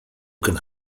can